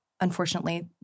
unfortunately